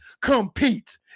compete